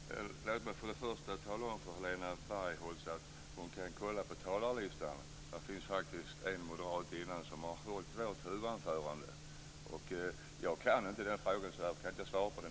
Fru talman! Låt mig först och främst tala om för Helena Bargholtz att hon på talarlistan kan se att det faktiskt är en moderat som tidigare har hållit vårt huvudanförande. Jag kan inte den frågan och kan därför inte svara på den.